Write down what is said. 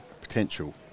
potential